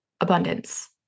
abundance